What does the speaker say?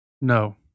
No